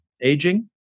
aging